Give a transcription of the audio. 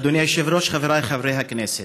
אדוני היושב-ראש, חבריי חברי הכנסת,